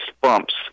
bumps